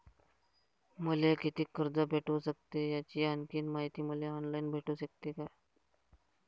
मले कितीक कर्ज भेटू सकते, याची आणखीन मायती मले ऑनलाईन भेटू सकते का?